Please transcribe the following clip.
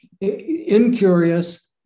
incurious